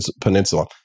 Peninsula